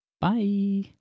Bye